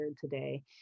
today